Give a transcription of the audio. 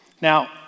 Now